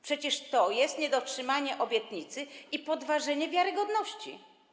Przecież to jest niedotrzymanie obietnicy i podważenie wiarygodności.